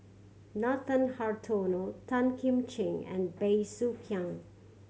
Nathan Hartono Tan Kim Ching and Bey Soo Khiang